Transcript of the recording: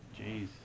jeez